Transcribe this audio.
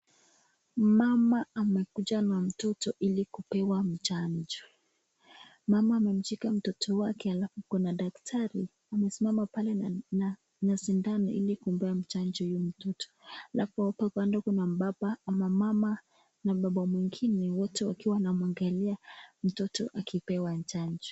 mama amekuja na mtoto ilikupewa chanjo, mama amemshika mtoto wake alafu kuna dakitari amesimama pale na sindano ili kupewa chanjo huyu mtoto alafu hapo kando kuna baba ama mama mwingine wato wakiwa wamemwangalia mtoto akipewa chanjo.